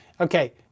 Okay